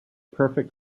perfect